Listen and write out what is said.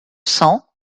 cent